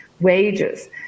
wages